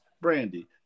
Brandy